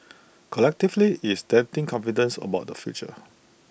collectively IT is denting confidence about the future